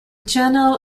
journal